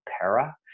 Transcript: para